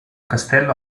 castello